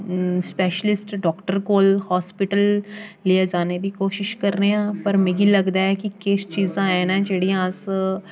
specialist doctor कोल अस्पताल लेइयै जाने दी कोशश करने आं पर मिगी लगदा ऐ कि किश चीजां हैन जेह्ड़ियां अस